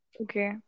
Okay